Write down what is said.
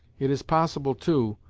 it is possible, too,